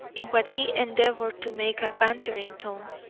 in what he endeavoured to make a bantering tone,